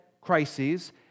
crises